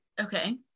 Okay